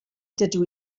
dydw